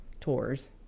tours